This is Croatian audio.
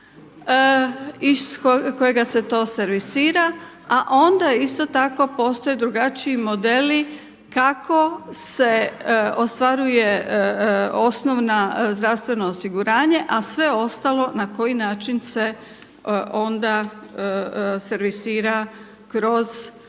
iz kojega se to servisira a onda isto tako postoje drugačiji modeli kako se ostvaruje osnovna, zdravstveno osiguranje a sve ostalo na koji način se onda servisira kroz